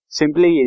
simply